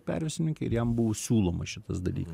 perversmininkai ir jam buvo siūloma šitas dalykas